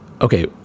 okay